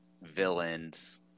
villains